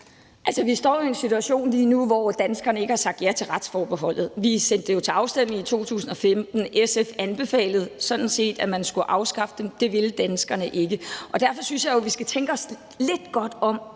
Altså, vi står jo lige nu i en situation, hvor danskerne ikke har sagt ja til retsforbeholdet. Vi sendte det jo til afstemning i 2015, og SF anbefalede sådan set, at man skulle afskaffe det, men det ville danskerne ikke. Derfor synes jeg, vi skal tænke os godt om